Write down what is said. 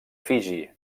fiji